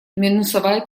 минусовая